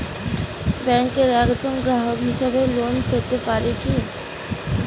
ব্যাংকের একজন গ্রাহক হিসাবে লোন পেতে পারি কি?